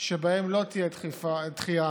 שבהן לא תהיה דחייה,